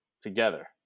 together